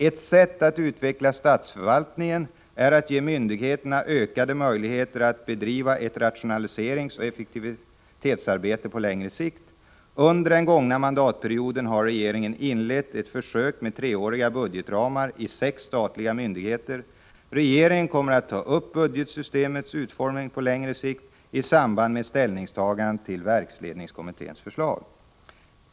Ett sätt att utveckla statsförvaltningen är att ge myndigheterna ökade möjligheter att bedriva ett rationaliseringsoch effektiviseringsarbete på längre sikt. Under den gångna mandatperioden har regeringen inlett ett försök med treåriga budgetramar i sex statliga myndigheter. Regeringen kommer att ta upp budgetsystemets utformning på längre sikt i samband med ställningstagandet till verksledningskommitténs förslag.